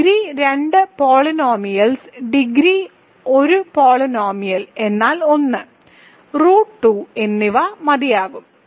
degree രണ്ട് polynomials degree ഒരു polynomial എന്നാൽ 1 റൂട്ട് 2 എന്നിവ മതിയാകും